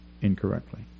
incorrectly